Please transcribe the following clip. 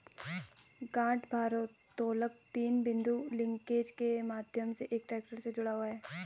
गांठ भारोत्तोलक तीन बिंदु लिंकेज के माध्यम से एक ट्रैक्टर से जुड़ा हुआ है